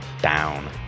down